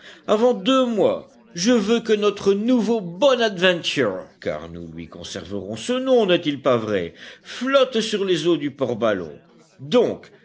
avant deux mois je veux que notre nouveau bonadventure car nous lui conserverons ce nom n'est-il pas vrai flotte sur les eaux du port ballon donc